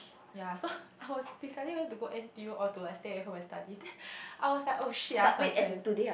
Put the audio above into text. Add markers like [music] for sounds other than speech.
ya so [breath] I was deciding whether to go N_T_U or like stay at home and study then I was like oh shit I ask my friend